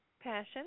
Passion